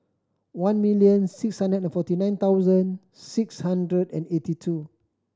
one million six hundred and forty nine thousand six hundred and eighty two